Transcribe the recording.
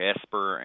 Esper